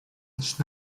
each